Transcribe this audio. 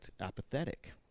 apathetic